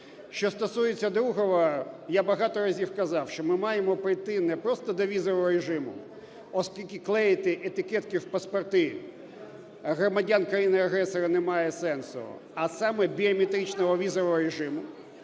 Що стосується другого, я багато разів казав, що ми маємо прийти не просто до візового режиму, оскільки клеїти етикетки в паспорти громадян країни-агресора немає сенсу, а саме біометричного візового режиму.